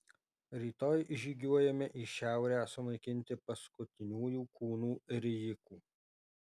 rytoj žygiuojame į šiaurę sunaikinti paskutiniųjų kūnų rijikų